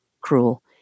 cruel